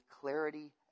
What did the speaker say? clarity